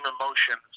emotions